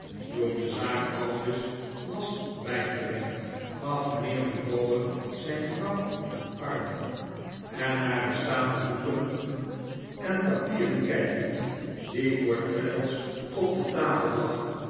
toen de zaak aldus was bijgelegd gaf mijnheer micawber zijn vrouw een arm en traddles roemt mijnheer micawber naar den stapel boeken en papieren kijtcend die voor traddles op de tafel lag